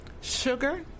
sugar